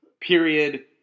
period